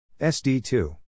SD2